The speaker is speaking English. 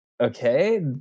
okay